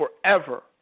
forever